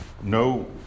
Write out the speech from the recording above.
no